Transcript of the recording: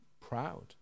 Proud